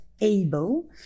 able